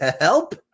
help